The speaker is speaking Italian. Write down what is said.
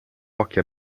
occhi